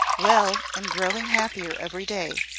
well, and growing happier every day.